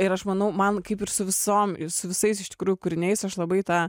ir aš manau man kaip ir su visomi su visais iš tikrųjų kūriniais aš labai tą